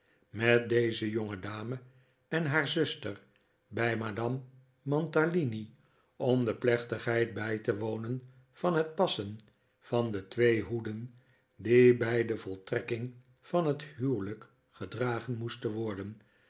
met deze jongedame en haar zuster bij madame mantalini om de plechtigheid bij te wonen van het passen van de twee hoeden die bij de voltrekking van het huwelijk gedragen moesten worden